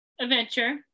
adventure